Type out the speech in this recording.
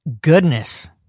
Goodness